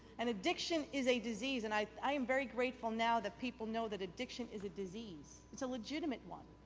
and addiction is a disease and i i am very grateful now that people know that addiction is a disease. it is a legitimate one.